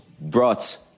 brought